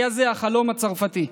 זה היה החלום הצרפתי.